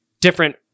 different